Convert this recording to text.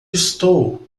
estou